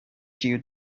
due